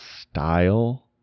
style